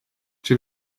czy